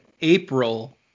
april